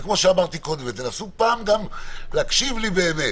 וכמו שאמרתי קודם תנסו פעם גם להקשיב לי באמת